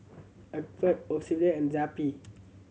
Accucheck Ocuvite and Zappy